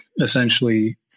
essentially